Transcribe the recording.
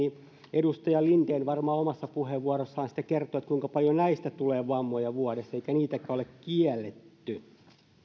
edustaja linden varmaan omassa puheenvuorossaan sitten kertoo kuinka paljon näistä tulee vammoja vuodessa eikä niitäkään ole kielletty